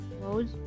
Close